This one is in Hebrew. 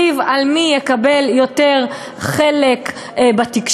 ריב על מי יקבל יותר חלק בתקשורת,